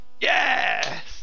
Yes